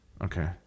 Okay